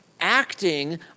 acting